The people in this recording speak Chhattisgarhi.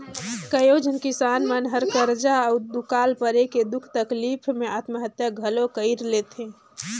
कयोझन किसान मन हर करजा अउ दुकाल परे के दुख तकलीप मे आत्महत्या घलो कइर लेथे